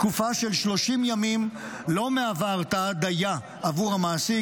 תקופה של 30 ימים לא מהווה הרתעה דייה עבור המעסיק,